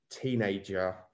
teenager